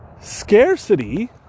Scarcity